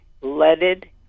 leaded